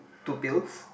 two pills